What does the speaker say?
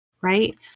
Right